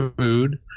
food